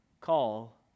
call